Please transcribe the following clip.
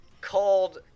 called